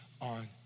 on